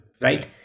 Right